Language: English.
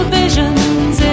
visions